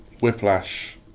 whiplash